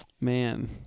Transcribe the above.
man